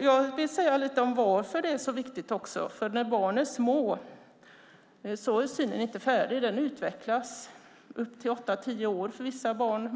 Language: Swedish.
Jag vill säga lite om varför detta är så viktigt. När barn är små är synen inte färdig. Den utvecklas i upp till åtta tio år för vissa barn.